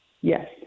Yes